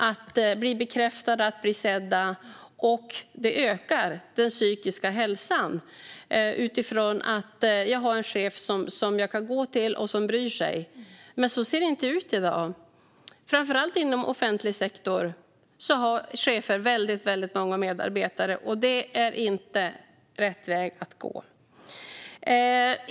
Att bli bekräftad och sedd ökar den psykiska hälsan utifrån att man har en chef som man kan gå till och som bryr sig. Men så ser det inte ut i dag. Framför allt inom offentlig sektor har cheferna väldigt många medarbetare, och det är inte rätt väg att gå.